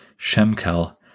Shemkel